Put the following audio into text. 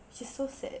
which is so sad